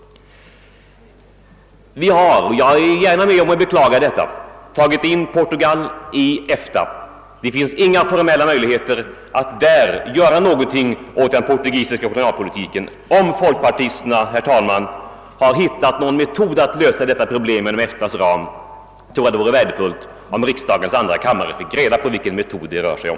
Vi har — och jag är gärna med om att beklaga detta — tagit in Portugal i EFTA. Det finns inga formella möjligheter att där göra någonting åt den portugisiska — kolonialpolitiken. Om folkpartisterna har hittat någon metod att lösa detta problem inom EFTA:s ram tror jag, herr talman, att det vore värdefullt om riksdagens andra kammare fick reda på vilken metod det rör sig om.